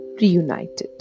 reunited